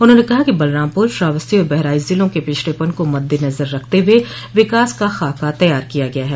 उन्होंने कहा कि बलरामपुर श्रावस्ती और बहराइच ज़िलों के पिछड़ेपन को मददेनजर रखते हुए विकास का खाका तैयार किया गया है